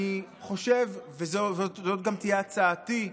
אני חושב, וזו גם תהיה הצעתי,